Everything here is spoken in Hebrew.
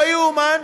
לא ייאמן.